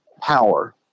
power